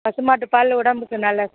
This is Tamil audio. பசுமாட்டு பால் உடம்புக்கு நல்லது